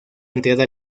entrada